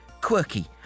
quirky